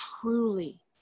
truly